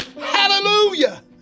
Hallelujah